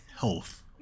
health